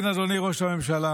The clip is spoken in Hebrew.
כן, אדוני ראש הממשלה,